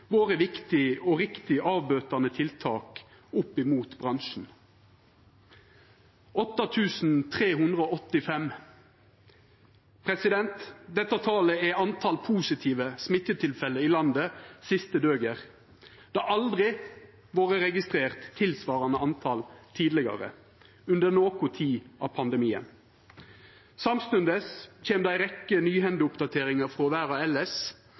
vore viktige og riktige bøtande tiltak opp mot bransjen. 8 385 – dette talet er antal positive smittetilfelle i landet siste døger. Det har aldri vore registrert tilsvarande antal tidlegare under nokon tid av pandemien. Samstundes kjem det ei rekkje nyhendeoppdateringar frå